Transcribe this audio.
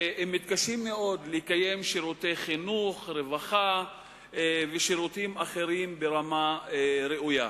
והם מתקשים מאוד לקיים שירותי חינוך ורווחה ושירותים אחרים ברמה ראויה.